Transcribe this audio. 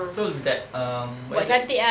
you get um what is that